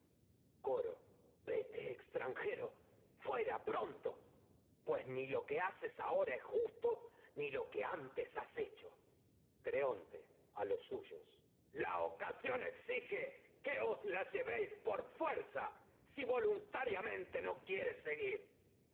coro vete extranjero es fuera que pronto pues ni lo que haces ahora justo ni lo antes has hecho que os creonte llevéis a los suyos la ocasión exige no la por fuerza si voluntariamente quiere seguir